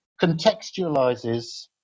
contextualizes